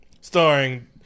starring